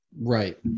Right